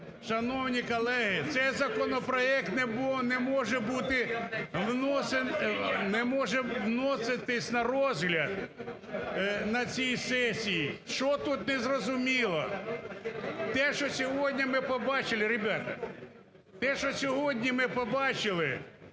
шановні колеги, цей законопроект не може бути… не може вноситись на розгляд на цій сесії. Що тут незрозуміло? Те, що сьогодні ми побачили…